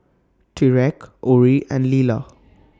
Tyreke Orie and Lila